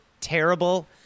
terrible